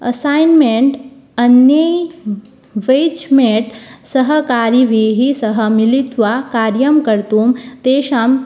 assignment अन्ये batchmate सहकारिभिः सह मिलित्वा कार्यं कर्तुं तेषां